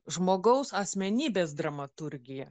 žmogaus asmenybės dramaturgija